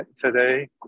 today